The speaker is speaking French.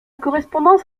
correspondance